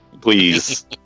please